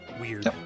Weird